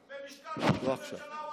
הוא עבד בלשכת ראש הממשלה,